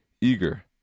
eager